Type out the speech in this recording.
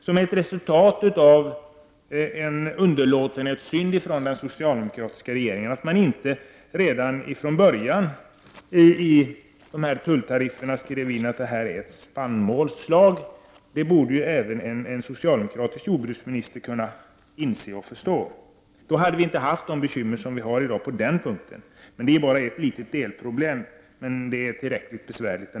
Det är resultatet av en underlåtenhetssynd ifrån den socialdemokratiska regeringens sida, eftersom den inte redan från början skrev in i tulltarifferna att det är ett spannmålsslag. Det borde även en socialdemokratisk jordbruksminister kunna förstå. Då hade vi inte haft de bekymmer som vi har i dag på den punkten. Det är endast ett litet delproblem, men det är tillräckligt besvärligt.